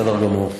בסדר גמור.